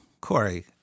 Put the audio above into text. Corey